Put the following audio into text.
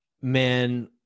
man